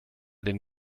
den